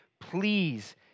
Please